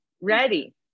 ready